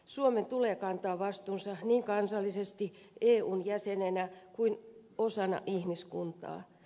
suomen tulee kantaa vastuunsa niin kansallisesti eun jäsenenä kuin osana ihmiskuntaa